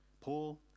Paul